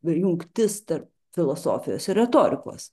jungtis tarp filosofijos retorikos